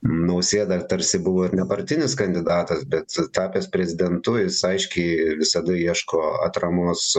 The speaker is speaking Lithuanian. nausėda tarsi buvo ir nepartinis kandidatas bet tapęs prezidentu jis aiškiai visada ieško atramos